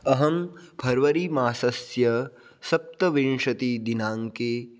अहं फ़र्वरी मासस्य सप्तविंशति दिनाङ्के